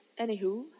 Anywho